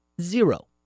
Zero